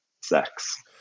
sex